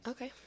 Okay